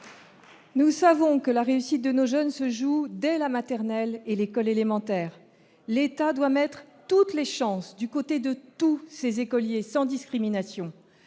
Nous savons que la réussite de nos jeunes se joue dès la maternelle et l'école élémentaire, l'État doit mettre toutes les chances du côté de tous ces écoliers sans discrimination